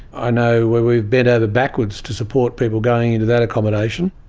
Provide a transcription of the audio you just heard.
i know where we've bent over backwards to support people going into that accommodation.